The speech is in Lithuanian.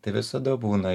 tai visada būna